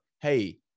hey